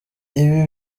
ibi